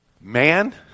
Man